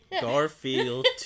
Garfield